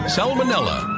Salmonella